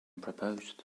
proposed